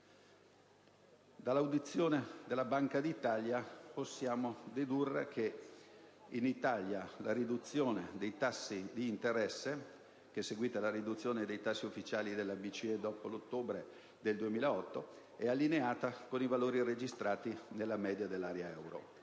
Dall'audizione della Banca d'Italia possiamo dedurre che in Italia la riduzione dei tassi d'interesse, seguita alla riduzione dei tassi ufficiali della BCE dopo l'ottobre 2008, è allineata con i valori registrati nella media dell'area dell'euro.